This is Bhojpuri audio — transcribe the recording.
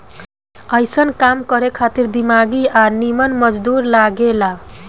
अइसन काम करे खातिर दिमागी आ निमन मजदूर लागे ला